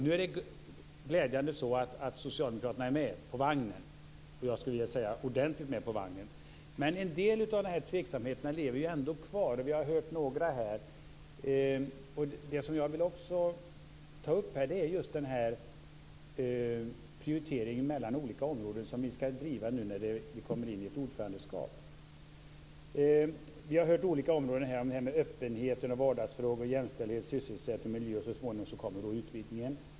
Nu är socialdemokraterna glädjande nog ordentligt med på vagnen, men en del av tveksamheterna lever ändå kvar. Vi har hört några komma fram här. Det som jag vill ta upp är prioriteringen mellan de olika områden som vi skall driva när vi nu kommer in i ett ordförandeskap. Olika områden har nämnts här: öppenhet, vardagsfrågor, jämställdhet, sysselsättning och miljö, och så småningom kommer utvidgningen.